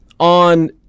on